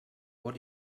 what